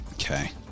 Okay